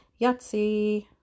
yahtzee